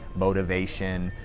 motivation,